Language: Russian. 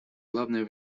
главное